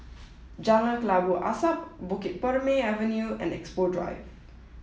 Jalan Kelabu Asap Bukit Purmei Avenue and Expo Drive